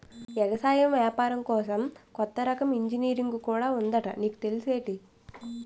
ఎగసాయం ఏపారం కోసం కొత్త రకం ఇంజనీరుంగు కూడా ఉందట నీకు తెల్సేటి?